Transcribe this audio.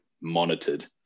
monitored